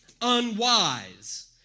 unwise